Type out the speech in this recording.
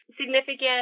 significant